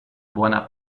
buona